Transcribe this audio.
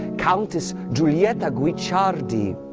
countess guilietta guicciardi,